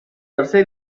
tercer